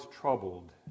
troubled